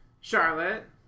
charlotte